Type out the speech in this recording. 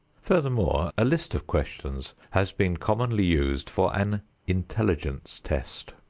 furthermore, a list of questions has been commonly used for an intelligence test.